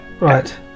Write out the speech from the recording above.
right